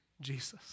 Jesus